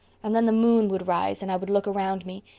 and then the moon would rise and i would look around me.